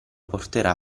porterà